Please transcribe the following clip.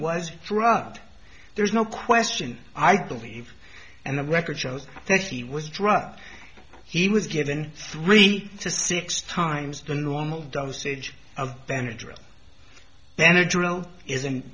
was drugged there's no question i believe and the record shows that he was drugged he was given three to six times the normal dosage of